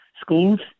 schools